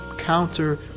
Counter